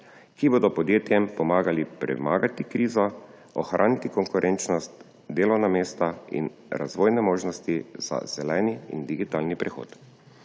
ki bodo podjetjem pomagali premagati krizo, ohraniti konkurenčnost, delovna mesta in razvojne možnosti za zeleni in digitalni prehod.